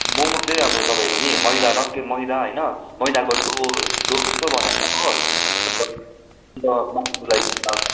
मोमो चाहिँ अब तपाईँको नि मैदा टक्क मैदा होइन मैदाको डो डोजस्तो बनायो हो अन्त मासुलाई किमा बनायो